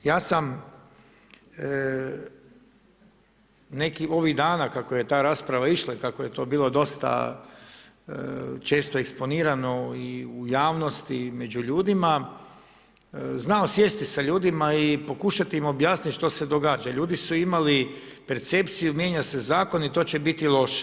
Ja sam ovih dana kako je ta rasprava išla i kako je to bilo dosta često eksponirano i u javnosti i među ljudima, znao sjesti sa ljudima i pokušati im objasniti što se događa jer ljudi su imali percepciju, mijenja se zakon i to će biti loše.